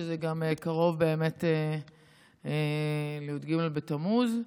שזה קרוב באמת לי"ג בתמוז.